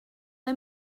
ble